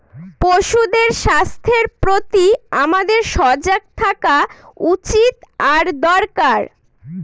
পশুদের স্বাস্থ্যের প্রতি আমাদের সজাগ থাকা উচিত আর দরকার